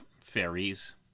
fairies